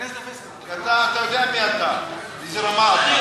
אתה יודע מי אתה, איזה רמה אתה.